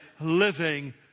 living